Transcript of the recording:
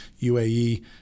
UAE